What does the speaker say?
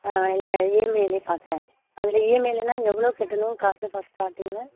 ஆ இல்லை இஎம்ஐயில் பார்க்குறேன் அதில் இஎம்ஐலலாம் எவ்வளோ கட்டணும் காசு ஃபஸ்ட் ஸ்டார்ட்டிங்கில்